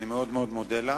אני מאוד מודה לך.